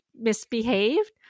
misbehaved